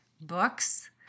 books